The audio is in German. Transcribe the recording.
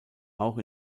auch